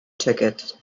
ticket